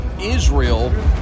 Israel